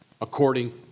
according